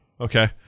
okay